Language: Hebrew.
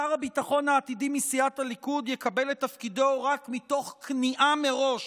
שר הביטחון העתידי מסיעת הליכוד יקבל את תפקידו רק מתוך כניעה מראש